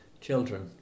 Children